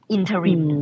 Interim